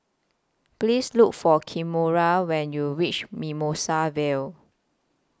Please Look For Kimora when YOU REACH Mimosa Vale